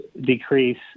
decrease